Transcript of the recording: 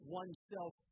oneself